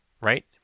right